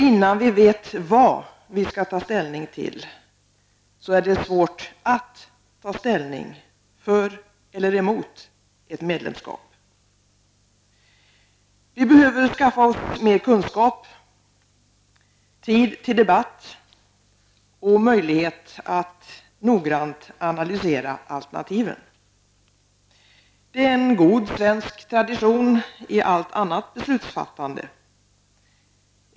Innan vi vet vad vi skall ta ställning till är det svårt att ta ställning för eller emot ett medlemskap. Vi behöver skaffa oss mer kunskap, tid till debatt och möjlighet att noggrant analysera alternativen. Det är en god svensk tradition i allt annat beslutsfattande.